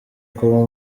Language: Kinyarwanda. kuba